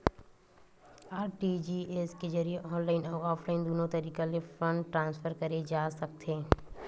RTGS के जरिए online अउ ऑफलाइन दुनो तरीका ले फंड ट्रांसफर करे जा सकथे